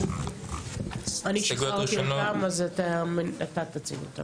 אני שחררתי אותם, אז אתה תציג אותם.